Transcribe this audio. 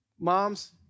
Moms